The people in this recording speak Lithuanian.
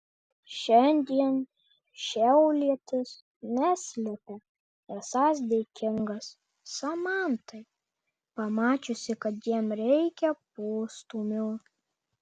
šiandien šiaulietis neslepia esąs dėkingas samantai pamačiusiai kad jam reikia postūmio